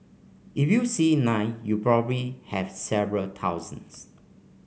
if you see nine you probably have several thousands